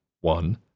one